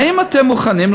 האם אתם מוכנים,